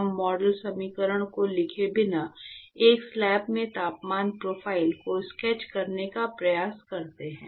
हम मॉडल समीकरण को लिखे बिना एक स्लैब में तापमान प्रोफ़ाइल को स्केच करने का प्रयास करते हैं